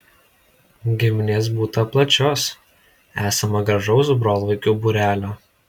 giminės būta plačios esama gražaus brolvaikių būrelio